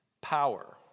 power